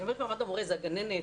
כשאומרים מעמד המורה זה הגננת,